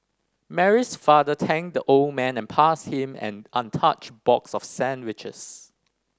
Mary's father thanked the old man and passed him an untouched box of sandwiches